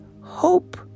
hope